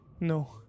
No